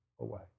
away